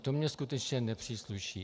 To mi skutečně nepřísluší.